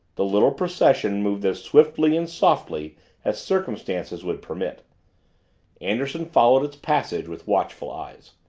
the little procession moved as swiftly and softly as circumstances would permit anderson followed its passage with watchful eyes.